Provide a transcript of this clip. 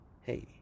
hey